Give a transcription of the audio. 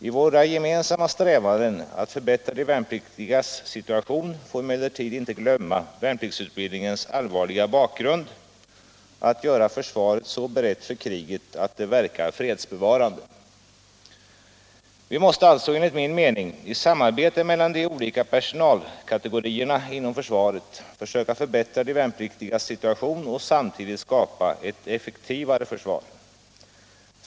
I våra gemensamma strävanden att förbättra de värnpliktigas situation får vi emellertid inte glömma värnpliktsutbildningens allvarliga bakgrund — att göra försvaret så berett för kriget att det verkar fredsbevarande. Vi måste alltså enligt min mening i samarbete mellan de olika personalkategorierna inom försvaret försöka förbättra de värnpliktigas situation och samtidigt skapa ett effektivare försvar.